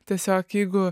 tiesiog jeigu